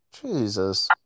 Jesus